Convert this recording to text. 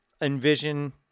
envision